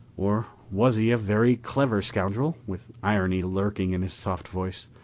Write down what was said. or was he a very clever scoundrel, with irony lurking in his soft voice,